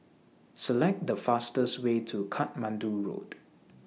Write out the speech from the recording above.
Select The fastest Way to Katmandu Road